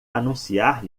anunciar